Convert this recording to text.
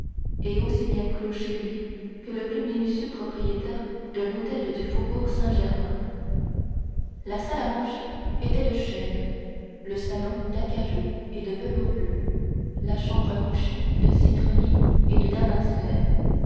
et aussi bien clos chez lui que le plus minutieux propriétaire d'un hôtel du faubourg saint-germain la salle à manger était de chêne le salon d'acajou et de velours bleu la chambre à coucher de citronnier et de damas vert